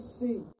see